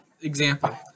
Example